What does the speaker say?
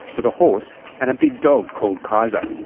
with a horse and a big dog called kaiser.